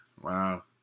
Wow